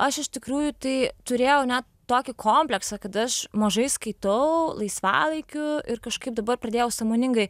aš iš tikrųjų tai turėjau net tokį kompleksą kad aš mažai skaitau laisvalaikiu ir kažkaip dabar pradėjau sąmoningai